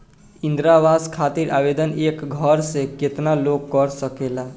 इंद्रा आवास खातिर आवेदन एक घर से केतना लोग कर सकेला?